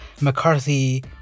McCarthy